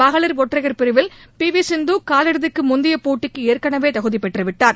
மகளிர் ஒற்றையர் பிரிவில் பி வி சிந்து காலிறுதிக்கு முந்தைய போட்டிக்கு ஏற்கனவே தகுதி பெற்று விட்டார்